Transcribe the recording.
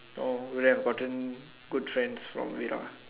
no wouldn't have gotten good friends from it lah